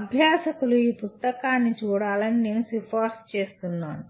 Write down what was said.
అభ్యాసకులు ఈ పుస్తకాన్ని చూడాలని నేను సిఫార్సు చేస్తున్నాను